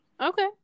Okay